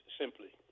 simply